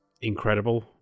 incredible